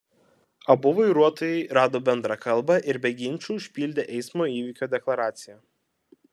abu vairuotojai rado bendrą kalbą ir be ginčų užpildė eismo įvykio deklaraciją